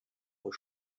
aux